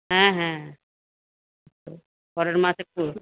হ্যাঁ হ্যাঁ পরের মাসে করবে